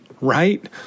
right